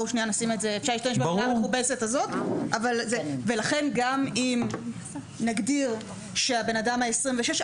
לכן אם נגדיר שהבן אדם ה-26,